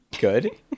good